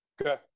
Okay